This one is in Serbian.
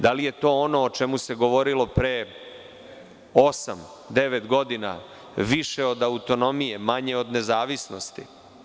Da li je to ono o čemu se govorilo pre osam, devet godina, više od autonomije, manje od nezavisnosti?